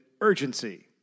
urgency